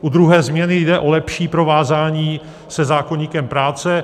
U druhé změny jde o lepší provázání se zákoníkem práce.